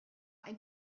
ein